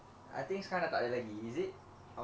I think it's kind of takde lagi is it